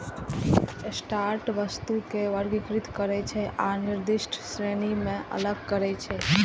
sorter वस्तु कें वर्गीकृत करै छै आ निर्दिष्ट श्रेणी मे अलग करै छै